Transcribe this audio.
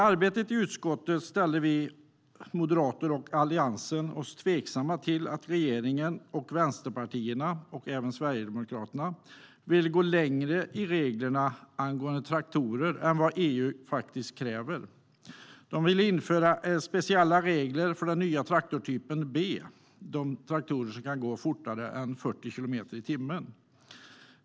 I arbetet i utskottet ställde vi oss i Moderaterna och Alliansen tveksamma till att regeringen och vänsterpartierna, och även Sverigedemokraterna, vill gå längre i reglerna angående traktorer än vad EU faktiskt kräver. De vill införa speciella regler för den nya traktortypen b, de traktorer som kan gå fortare än 40 kilometer i timmen.